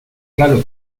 claro